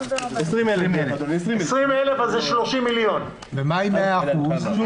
עולה לכדי 30 מיליון שקלים.